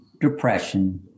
Depression